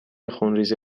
خونریزی